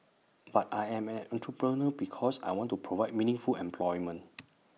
but I am an entrepreneur because I want to provide meaningful employment